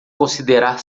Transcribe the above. considerar